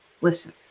listen